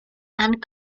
and